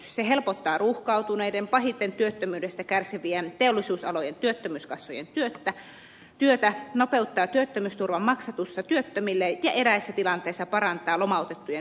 se helpottaa ruuhkautuneiden pahiten työttömyydestä kärsivien teollisuusalojen työttömyyskassojen työtä nopeuttaa työttömyysturvan maksatusta työttömille ja eräissä tilanteissa parantaa lomautettujen työttömyysturvan tasoa